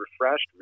refreshed